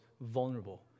vulnerable